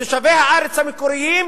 לתושבי הארץ המקוריים: